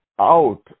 out